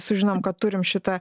sužinom kad turim šitą